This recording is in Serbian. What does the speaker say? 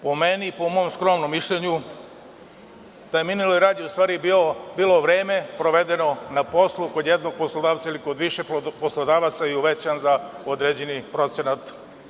Po meni i po mom skromnom mišljenju, taj minuli rad je u stvari bilo vreme provedeno na poslu kod jednog poslodavca, ili kod više poslodavaca, i uvećan za određeni procenat.